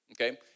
okay